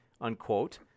unquote